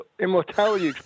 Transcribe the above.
immortality